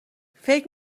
فکر